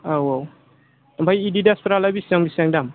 औ औ आमफ्राय एडिडासफ्रालाय बिसिबां बिसिबां दाम